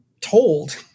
told